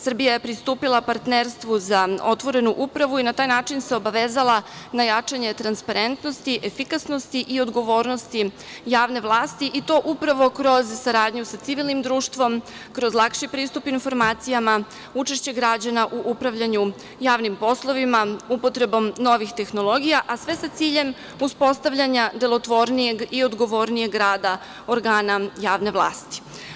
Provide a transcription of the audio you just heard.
Srbija je pristupila partnerstvu za otvorenu upravu i na taj način se obavezala na jačanje transparentnosti, efikasnosti i odgovornosti javne vlasti i to upravo kroz saradnju sa civilnim društvom, kroz lakši pristup informacijama, učešće građana u upravljanju javnim poslovima, upotrebom novih tehnologija, a sve sa ciljem uspostavljanja delotvornijeg i odgovornijeg rada organa javne vlasti.